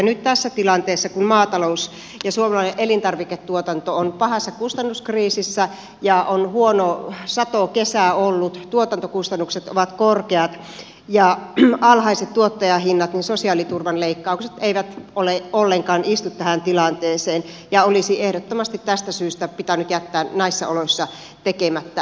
nyt tässä tilanteessa kun maatalous ja suomalainen elintarviketuotanto on pahassa kustannuskriisissä ja on huono satokesä ollut tuotantokustannukset ovat korkeat ja tuottajahinnat alhaiset sosiaaliturvan leikkaukset eivät ollenkaan istu tähän tilanteeseen ja ne olisi ehdottomasti tästä syystä pitänyt jättää näissä oloissa tekemättä